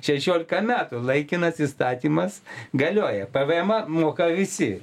šešiolika metų laikinas įstatymas galioja pvemą moka visi